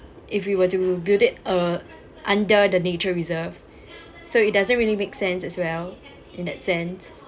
if we were to build it uh under the nature reserve so it doesn't really make sense as well in that sense